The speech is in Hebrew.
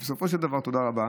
תודה רבה,